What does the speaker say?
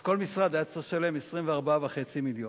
אז כל משרד היה צריך לשלם 24.5 מיליון.